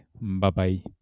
Bye-bye